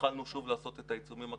התחלנו שוב לעשות את העיצומים הכספיים,